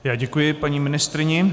Já děkuji paní ministryni.